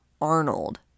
Arnold